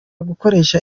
gukoresha